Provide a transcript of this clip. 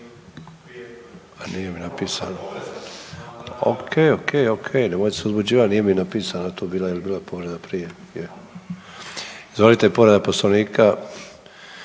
A nije mi napisano. Ok., Ok., Ok. Nemojte se uzbuđivati. Nije mi napisano tu bilo jel' bila povreda prije. Je? Izvolite povreda Poslovnika